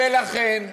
ולכן,